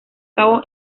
cabo